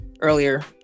earlier